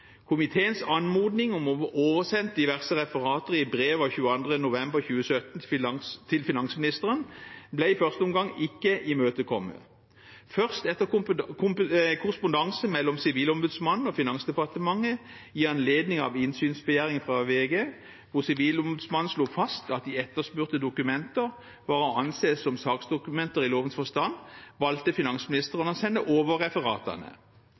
Komiteens anmodning om å få oversendt diverse referater i brev av 22. november 2017 til finansministeren ble i første omgang ikke imøtekommet. Først etter korrespondanse mellom Sivilombudsmannen og Finansdepartementet i anledning av en innsynsbegjæring fra VG, hvor Sivilombudsmannen slo fast at de etterspurte dokumenter var å anse som saksdokumenter i lovens forstand, valgte finansministeren å oversende referatene.